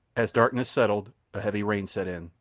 as darkness settled a heavy rain set in,